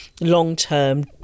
long-term